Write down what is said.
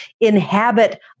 inhabit